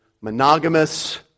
monogamous